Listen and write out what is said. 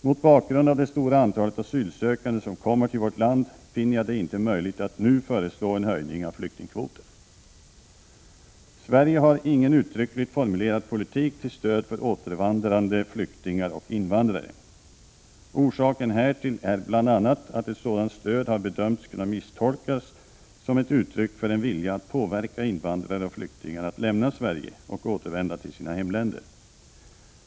Mot bakgrund av det stora antalet asylsökande som kommer till vårt land finner jag det inte möjligt att nu föreslå en höjning av flyktingkvoten. Sverige har ingen uttryckligt formulerad politik till stöd för återvandrande flyktingar och invandrare. Orsaken härtill är bl.a. att ett sådant stöd har bedömts kunna misstolkas som ett uttryck för en vilja att påverka invandrare och flyktingar att lämna Sverige och återvända till sina hemländer.